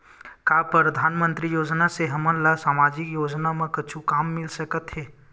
का परधानमंतरी योजना से हमन ला सामजिक योजना मा कुछु काम मिल सकत हे?